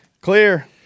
clear